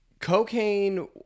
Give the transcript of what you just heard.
cocaine